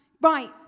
Right